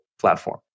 platform